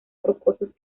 rocosos